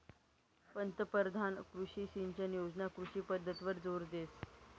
पंतपरधान कृषी सिंचन योजना कृषी पद्धतवर जोर देस